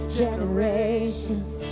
generations